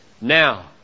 Now